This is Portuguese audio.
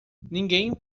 ninguém